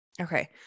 Okay